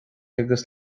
agus